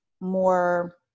more